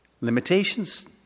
limitations